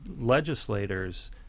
legislators